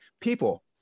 people